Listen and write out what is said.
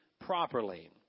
properly